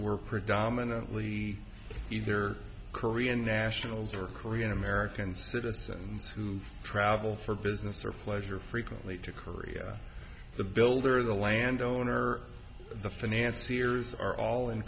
were predominantly either korean nationals or korean american citizen who travel for business or pleasure frequently to korea the builder the landowner the finance two years are all in